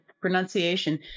pronunciation